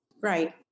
Right